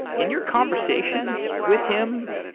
in your conversations with him,